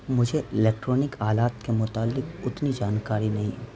مجھے الیکٹرانک آلات کے متعلق اتنی جانکاری نہیں